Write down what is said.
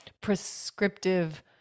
prescriptive